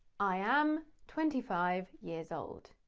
i am twenty five years old.